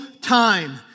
time